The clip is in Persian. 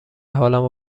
حالمو